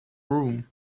room